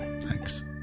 thanks